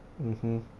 mmhmm